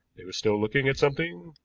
they were still looking at something,